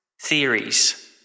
Theories